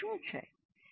પરિણામ શું છે